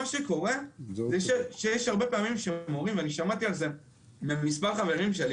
מה שקורה זה שיש הרבה פעמים מורים ואני שמעתי על זה ממספר חברים שלי